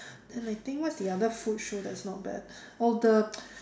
and I think what's the other food show that is not bad oh the